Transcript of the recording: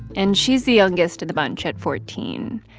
and she's the youngest of the bunch at fourteen.